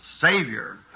Savior